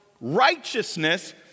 righteousness